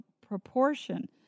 proportion